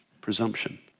presumption